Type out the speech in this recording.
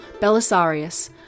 belisarius